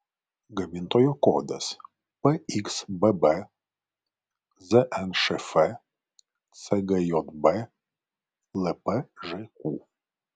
gamintojo kodas pxbb znšf cgjb lpžq